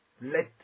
let